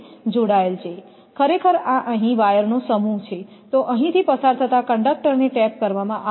ખરેખર આ અહીં વાયરનો સમૂહ છે તો અહીંથી પસાર થતા કંડક્ટરને ટેપ કરવામાં આવશે